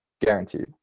Guaranteed